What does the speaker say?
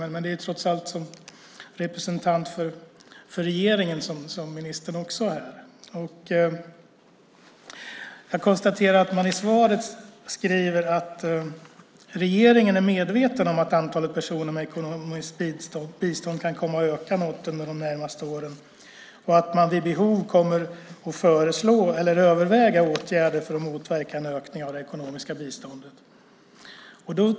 Men det är trots allt som representant för regeringen som ministern också är här. I svaret skriver man att regeringen är medveten om att antalet personer med ekonomiskt bistånd kan komma att öka något under de närmaste åren och att man vid behov kommer att föreslå eller överväga åtgärder för att motverka en ökning av det ekonomiska biståndet.